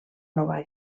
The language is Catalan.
nova